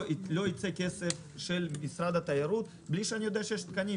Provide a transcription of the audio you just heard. לא ייצא כסף של משרד התיירות בלי שאני יודע שיש תקנים.